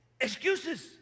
Excuses